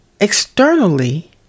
externally